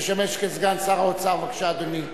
המשמש סגן שר האוצר, בבקשה, אדוני.